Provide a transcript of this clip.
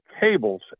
cables